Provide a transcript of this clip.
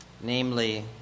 namely